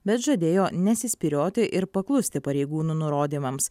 bet žadėjo nesispyrioti ir paklusti pareigūnų nurodymams